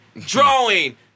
drawing